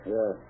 Yes